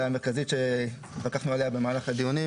הנקודה המרכזית עליה התווכחנו במהלך הדיון,